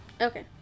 Okay